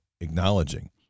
acknowledging